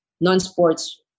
non-sports